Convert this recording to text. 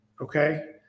okay